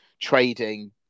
trading